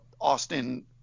Austin